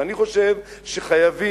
אני חושב שחייבים,